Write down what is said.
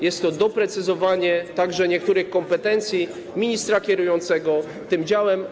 Jest to doprecyzowanie także niektórych kompetencji ministra kierującego tym działem.